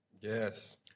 Yes